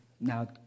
Now